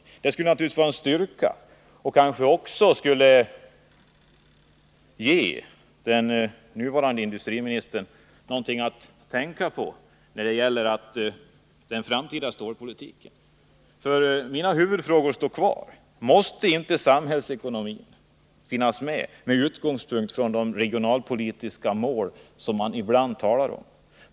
Detta skulle naturligtvis vara en styrka och ge den nuvarande industriministern någonting att tänka på vad beträffar den framtida stålpolitiken. Mina huvudfrågor står kvar: Måste inte samhällsekonomin finnas med i bedömningen med hänsyn till de regionalpolitiska mål som det ibland talas om?